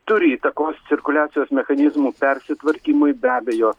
turi įtakos cirkuliacijos mechanizmų persitvarkymui be abejo